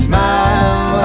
Smile